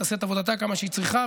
היא תעשה את עבודתה כמה שהיא צריכה,